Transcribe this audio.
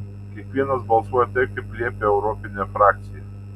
kiekvienas balsuoja taip kaip liepia europinė frakcija